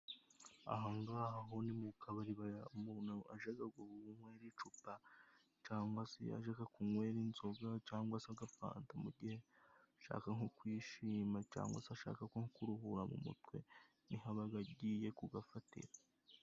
Ahangaha ho ni mu kabari umuntu ajaga kunywera icupa, cyangwa se ajaga kunywe inzoga ,cyangwa se agafanta muge. Igihe ashaka nko kwishima cyangwa se ashaka nko kuruhuka mu mutwe niho abaga agiye kugafatira.